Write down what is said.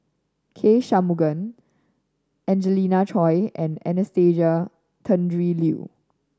K Shanmugam Angelina Choy and Anastasia Tjendri Liew